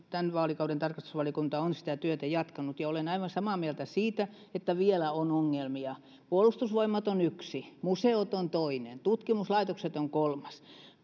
tarkastusvaliokunta on tämän vaalikauden sitä työtä jatkanut ja olen aivan samaa mieltä siitä että vielä on ongelmia puolustusvoimat on yksi museot ovat toinen tutkimuslaitokset ovat kolmas